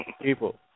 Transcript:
People